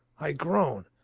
i groan.